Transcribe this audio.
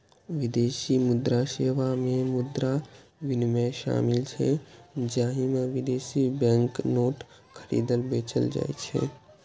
विदेशी मुद्रा सेवा मे मुद्रा विनिमय शामिल छै, जाहि मे विदेशी बैंक नोट खरीदल, बेचल जाइ छै